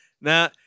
Now